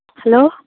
hello